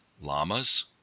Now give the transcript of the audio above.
llamas